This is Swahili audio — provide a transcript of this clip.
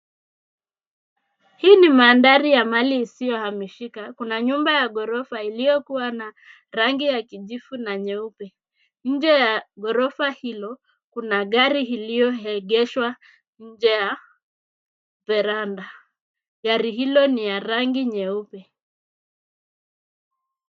Hii ni mandhari ya mali isiyohamishika. Kuna nyumba ya ghorofa iliyokua na rangi ya kijivu na nyeupe. Nje ya ghorofa hilo, kuna gari iliyoegeshwa nje ya veranda. Gari hilo ni ya rangi nyeupe.